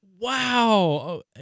Wow